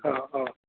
অঁ অঁ